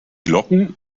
glocken